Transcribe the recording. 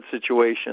situation